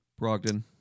Brogdon